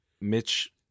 Mitch